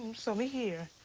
so we hear.